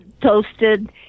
toasted